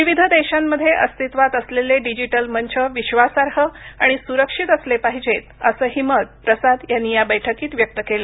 विविध देशांमध्ये अस्तित्वात असलेले डिजिटल मंच विश्वासार्ह आणि स्रक्षित असले पाहिजेत असंही मत प्रसाद यांनी या बैठकीत व्यक्त केलं